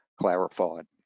clarified